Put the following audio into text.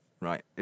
right